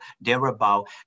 Thereabout